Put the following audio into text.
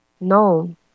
No